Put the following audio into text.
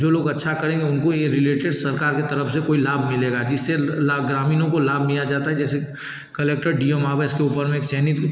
जो लोग अच्छा करेंगे उनको ये रिलेटेड सरकार की तरफ़ से कोई लाभ मिलेगा जिससे ग्रामीणों को लाभ दिया जाता है जैसे कलेक्टर डी एम आवेश के ऊपर में एक चयनित